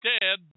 dead